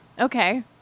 Okay